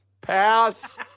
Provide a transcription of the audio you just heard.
Pass